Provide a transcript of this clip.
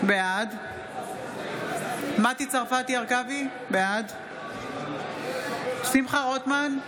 בעד מטי צרפתי הרכבי, בעד שמחה רוטמן,